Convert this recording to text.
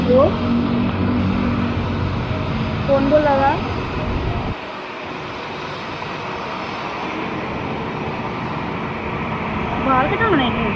hello कुन बोल्ला दा बाल कटानें हे